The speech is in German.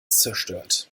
zerstört